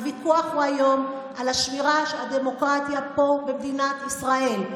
הוויכוח היום הוא על שמירת הדמוקרטיה פה במדינת ישראל.